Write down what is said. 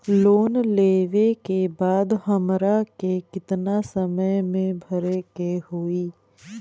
Loan लेवे के बाद हमरा के कितना समय मे भरे के होई?